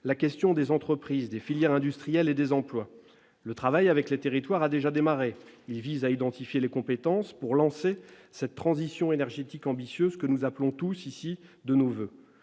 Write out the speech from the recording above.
la question des entreprises, des filières industrielles et des emplois. Le travail avec les territoires a déjà démarré. Il vise à identifier les compétences pour lancer la transition énergétique ambitieuse que nous appelons tous, ici, de nos voeux.